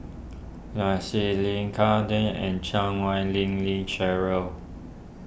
Nai Swee Leng car day and Chan Wei Ling Lee Cheryl